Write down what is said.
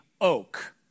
oak